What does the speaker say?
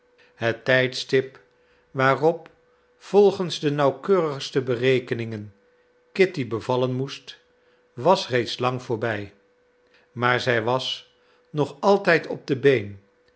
het tijdstip waarop volgens de nauwkeurigste berekeningen kitty bevallen moest was reeds lang voorbij maar zij was nog altijd op de been